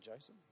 Jason